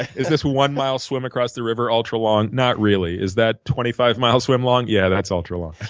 is this one mile swim across the river ultra long? not really. is that twenty five mile swim long? yeah, that's ultra long.